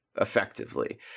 effectively